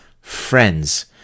friends